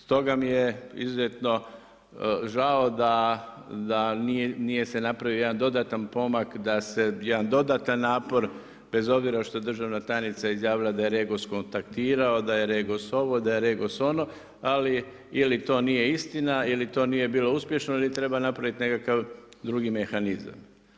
Stoga mi je izuzetno žao, da nije se napravio jedan dodatan pomak, da se jedan dodan napor, bez obzira što je državna tajnica izjavila da je REGOS kontaktirao, da je REGOS ovo da je REGOS ono, ali ili to nije istina, ili to nije bilo uspješno ili treba napraviti nekakav drugi mehanizam.